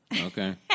Okay